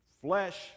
flesh